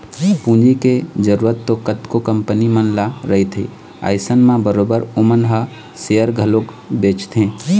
पूंजी के जरुरत तो कतको कंपनी मन ल रहिथे अइसन म बरोबर ओमन ह सेयर घलोक बेंचथे